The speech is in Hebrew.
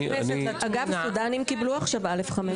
אגב, הסודנים קיבלו עכשיו (א)(5).